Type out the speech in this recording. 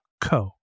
co